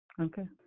okay